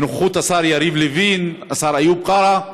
בנוכחות השר יריב לוין והשר איוב קרא,